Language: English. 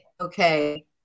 okay